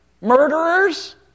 murderers